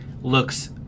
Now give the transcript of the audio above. Looks